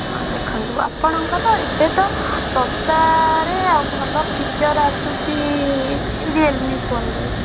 ହଁ ଦେଖନ୍ତୁ ଆପଣଙ୍କର ଏବେ ତ ଶସ୍ତାରେ ଆଉ ଭଲ ଫିଚର ଆସୁଛି ରିୟଲମି ଫୋନ୍ରେ